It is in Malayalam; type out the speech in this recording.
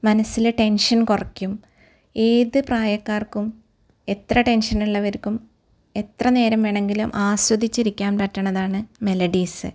മനസ്സില് ടെൻഷൻ കുറയ്ക്കും ഏത് പ്രായക്കാർക്കും എത്ര ടെൻഷൻ ഉള്ളവർക്കും എത്ര നേരം വേണമെങ്കിലും ആസ്വദിച്ച് ഇരിക്കാൻ പറ്റുന്നതാണ് മെലഡീസ്